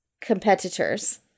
competitors